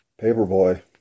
paperboy